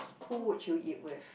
who would you eat with